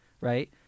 right